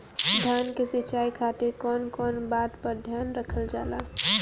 धान के सिंचाई खातिर कवन कवन बात पर ध्यान रखल जा ला?